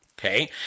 okay